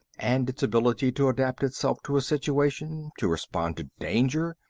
and its ability to adapt itself to a situation, to respond to danger,